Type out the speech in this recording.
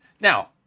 now